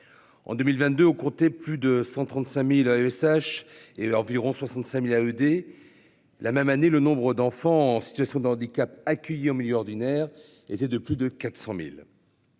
En 2022 au comptait plus de 135.000 ASH et environ 65.000 à ED. La même année, le nombre d'enfants en situation d'handicap accueilli en milieu ordinaire était de plus de 400.000.